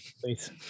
please